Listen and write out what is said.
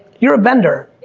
you're a vendor,